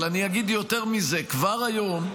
אבל אני אגיד יותר מזה: כבר היום,